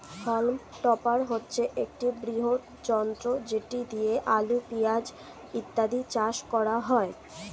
হল্ম topper হচ্ছে একটি বৃহৎ যন্ত্র যেটা দিয়ে আলু, পেঁয়াজ ইত্যাদি চাষ করা হয়